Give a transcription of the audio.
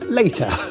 later